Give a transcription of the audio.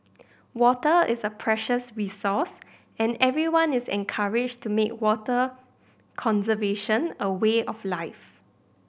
water is a precious resource and everyone is encouraged to make water conservation a way of life